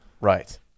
Right